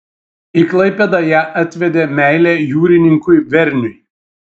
į klaipėdą ją atvedė meilė jūrininkui verniui